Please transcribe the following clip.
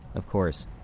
of course,